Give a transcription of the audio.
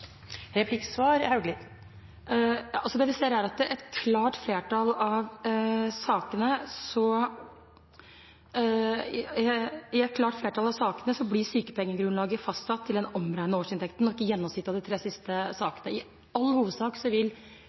Det vi ser, er at i et klart flertall av sakene blir sykepengegrunnlaget fastsatt til den omregnede årsinntekten og ikke ut fra gjennomsnittet av de tre siste rapporteringene. I all hovedsak